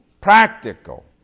practical